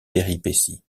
péripéties